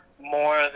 more